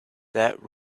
that